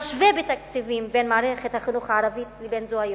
משווה בתקציבים בין מערכת החינוך הערבית לבין זאת היהודית.